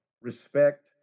respect